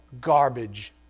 garbage